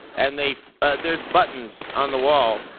and they there's buttons on the wall,